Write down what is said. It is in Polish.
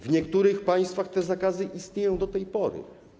W niektórych państwach te zakazy istnieją do tej pory.